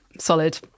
Solid